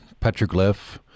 petroglyph